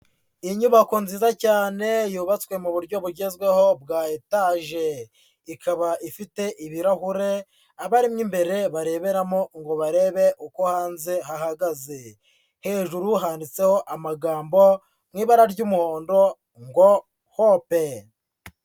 Inyubako nziza cyane yubatswe mu buryo bugezweho bwa etaje, ikaba ifite ibirahure abarimo imbere bareberamo ngo barebe uko hanze hahagaze. Hejuru handitseho amagambo mu ibara ry'umuhondo ngo hope.